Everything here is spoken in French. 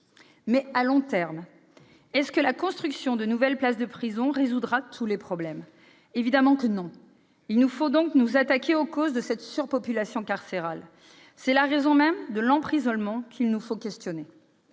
Mais, à long terme, est-ce que la construction de nouvelles places de prison résoudra tous les problèmes ? Évidemment non ! Il nous faut donc nous attaquer aux causes de cette surpopulation carcérale. C'est sur la raison même de l'emprisonnement qu'il nous faut nous